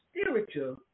spiritual